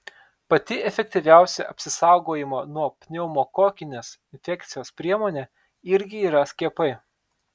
pati efektyviausia apsisaugojimo nuo pneumokokinės infekcijos priemonė irgi yra skiepai